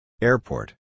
Airport